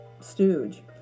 stooge